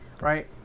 Right